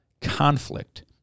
conflict